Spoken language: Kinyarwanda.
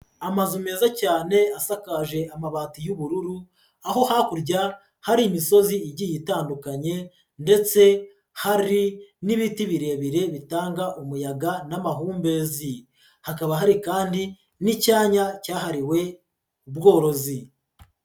Amazu meza cyane asakaje amabati y'ubururu, aho hakurya hari imisozi igiye itandukanye ndetse hari n'ibiti birebire bitanga umuyaga n'amahumbezi, hakaba hari kandi n'icyanya cyahariwe ubworozi.